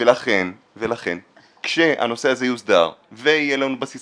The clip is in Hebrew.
ולכן כשהנושא הזה יוסדר ויהיה לנו בסיס